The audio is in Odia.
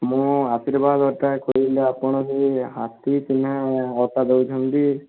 ମୁଁ ଆଶ୍ରିବାଦ ଅଟା କହିଲେ ଆପଣ ସେହି ହାତୀ ଚିହ୍ନ ଅଟା ଦେଉଛନ୍ତି